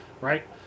right